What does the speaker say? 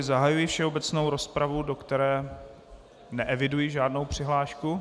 Zahajuji všeobecnou rozpravu, do které neeviduji žádnou přihlášku.